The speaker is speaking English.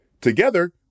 Together